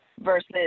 versus